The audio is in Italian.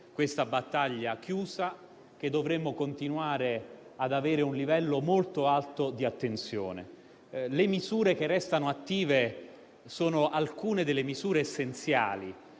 questa battaglia chiusa e che dovremo continuare ad avere un livello molto alto di attenzione. Le misure che restano attive sono alcune delle misure essenziali,